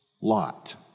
Lot